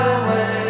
away